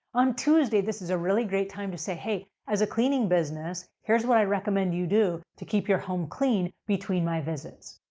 on tuesday, this is a really great time to say, hey, as a cleaning business, here's what i recommend you do to keep your home clean between my visits.